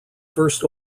first